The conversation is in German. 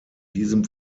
diesem